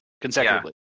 consecutively